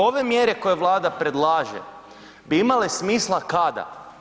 Ove mjere koje Vlada predlaže bi imale smisla kada?